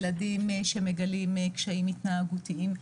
ילדים שמגלים קשיים התנהגותיים.